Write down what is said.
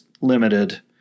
limited